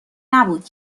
نبود